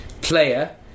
player